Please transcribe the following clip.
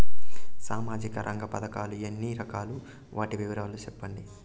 సామాజిక రంగ పథకాలు ఎన్ని రకాలు? వాటి వివరాలు సెప్పండి